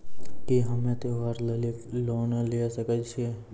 की हम्मय त्योहार लेली लोन लिये सकय छियै?